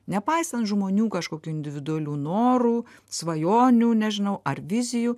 nepaisant žmonių kažkokių individualių norų svajonių nežinau ar vizijų